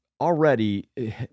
already